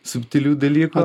subtilių dalykų